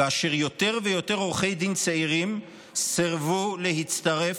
כאשר יותר ויותר עורכי דין צעירים סירבו להצטרף